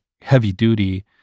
heavy-duty